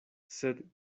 sed